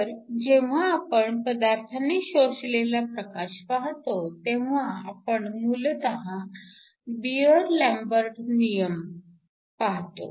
तर जेव्हा आपण पदार्थाने शोषलेला प्रकाश पाहतो तेव्हा आपण मूलतः बिअर लंबर्ट नियम पाहतो